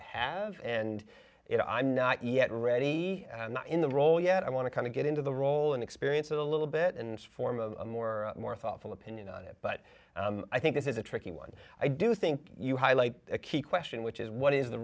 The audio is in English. know i'm not yet ready in the role yet i want to kind of get into the role and experience a little bit and form a more more thoughtful opinion on it but i think this is a tricky one i do think you highlight a key question which is what is the